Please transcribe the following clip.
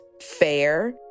fair